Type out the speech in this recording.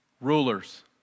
rulers